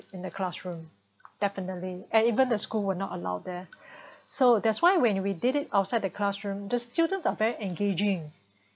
in the classroom definitely and even the school were not allow there so that's why when we did it outside the classroom the students are very engaging